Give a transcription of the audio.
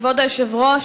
כבוד היושב-ראש,